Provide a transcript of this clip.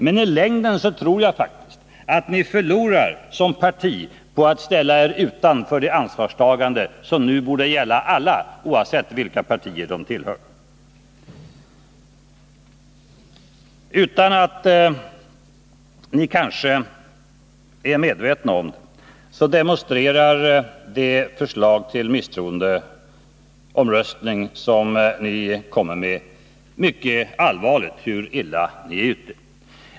Men jag tror faktiskt att ni i längden förlorar som parti på att ställa er utanför det ansvarstagande som nu borde gälla alla, oavsett vilka partier de tillhör. Ni kanske inte är medvetna om det, men det förslag om misstroendeomröstning som ni kommer med demonstrerar mycket allvarligt hur illa ute ni är.